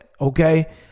okay